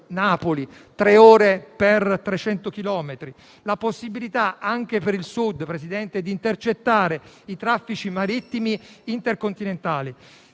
chilometri) e sulla possibilità, anche per il Sud, di intercettare i traffici marittimi intercontinentali.